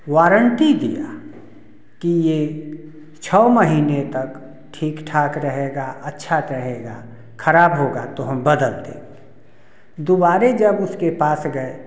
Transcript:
warranty दिया कि ये छः महीने तक ठीक ठाक रहेगा अच्छा रहेगा खराब होगा तो हम बदल देंगे दोबारे जब उसके पास गए